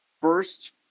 First